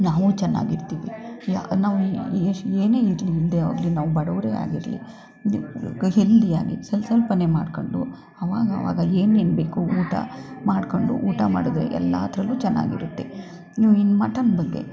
ನಾವೂ ಚೆನ್ನಾಗಿರ್ತೀವಿ ಯಾ ನಾವು ಎಷ್ಟು ಏನೇ ಇರಲಿ ಇಲ್ಲದೇ ಹೋಗ್ಲಿ ನಾವು ಬಡವರೇ ಆಗಿರಲಿ ನಿಮ್ದು ಹೆಲ್ದಿಯಾಗಿ ಸ್ವಲ್ ಸ್ವಲ್ಪನೇ ಮಾಡ್ಕೊಂಡು ಆವಾಗವಾಗ ಏನೇನು ಬೇಕು ಊಟ ಮಾಡಿಕೊಂಡು ಊಟ ಮಾಡೋದು ಎಲ್ಲದ್ರಲ್ಲೂ ಚೆನ್ನಾಗಿರುತ್ತೆ ಇವು ಇನ್ನು ಮಟನ್ ಬಗ್ಗೆ